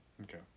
Okay